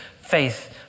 faith